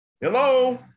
Hello